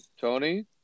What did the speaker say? Tony